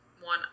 one